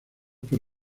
por